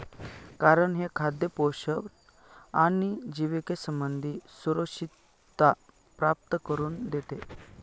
कारण हे खाद्य पोषण आणि जिविके संबंधी सुरक्षितता प्राप्त करून देते